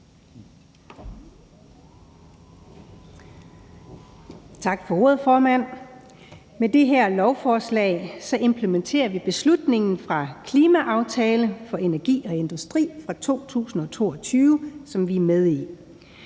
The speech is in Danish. Tak for ordet, formand. Med det her lovforslag implementerer vi beslutningen fra »Klimaaftale for energi og industri mv. 2020«, som vi er med i.